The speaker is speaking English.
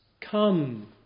come